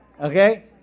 Okay